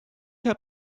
hat